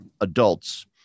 adults